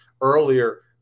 earlier